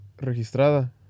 registrada